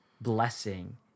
blessing